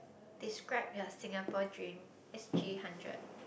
describe your Singapore dream S_G hundred